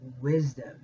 wisdom